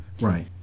Right